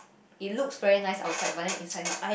it looks very nice outside but then inside not